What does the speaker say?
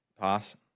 Pass